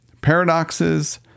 paradoxes